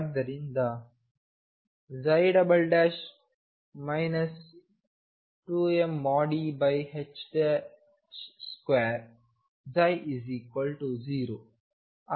ಆದ್ದರಿಂದ 2mE2ψ0 ಆಗುತ್ತದೆ